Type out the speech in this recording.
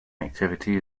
activity